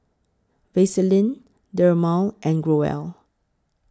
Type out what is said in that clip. Vaselin Dermale and Growell